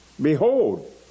Behold